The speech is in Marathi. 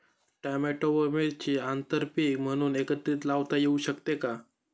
टोमॅटो व मिरची आंतरपीक म्हणून एकत्रित लावता येऊ शकते का?